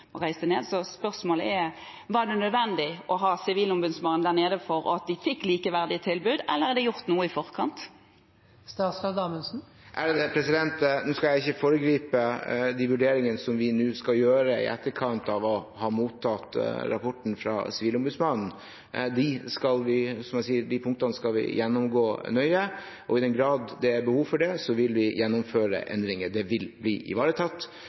reiste ned? Spørsmålet er: Var det nødvendig å ha Sivilombudsmannen der nede for at de fikk et likeverdig tilbud? Eller ble det gjort noe i forkant? Nå skal jeg ikke foregripe de vurderingene som vi nå skal gjøre, i etterkant av å ha mottatt rapporten fra Sivilombudsmannen. De punktene skal vi, som jeg sa, gjennomgå nøye, og i den grad det er behov for det, vil vi gjennomføre endringer. Det vil bli ivaretatt.